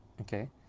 Okay